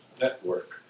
Network